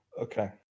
Okay